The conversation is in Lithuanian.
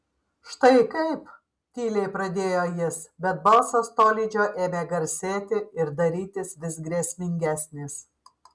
štai kaip tyliai pradėjo jis bet balsas tolydžio ėmė garsėti ir darytis vis grėsmingesnis